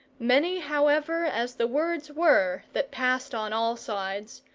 many, however, as the words were that passed on all sides,